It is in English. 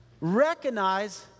Recognize